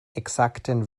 exakten